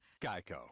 Geico